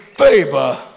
Favor